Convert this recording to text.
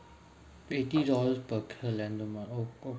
eighty dollars per calendar month oh oh